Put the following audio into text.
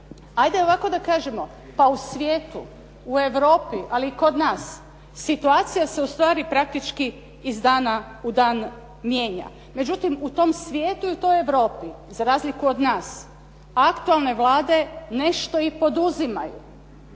hajde ovako da kažemo. Pa u svijetu, u Europi, ali i kod nas situacija se ustvari praktički iz dana u dan mijenja. Međutim, u tom svijetu i u toj Europi za razliku od nas, aktualne vlade nešto i poduzimaju.